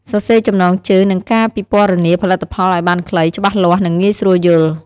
សរសេរចំណងជើង និងការពិពណ៌នាផលិតផលឱ្យបានខ្លី ច្បាស់លាស់ និងងាយស្រួលយល់។